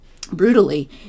brutally